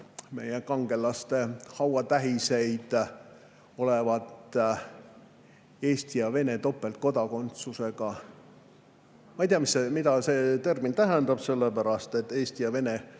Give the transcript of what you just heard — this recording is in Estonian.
meie kangelaste hauatähiseid, olevat Eesti ja Vene topeltkodakondsusega. Ma ei tea, mida see termin tähendab, sellepärast et Eesti ja Vene